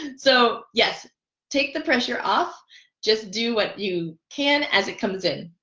so yes take the pressure off just do what you can as it comes in